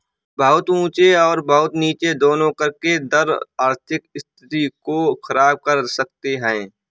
बहुत ऊँचे और बहुत नीचे दोनों कर के दर आर्थिक स्थिति को ख़राब कर सकते हैं